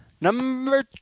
Number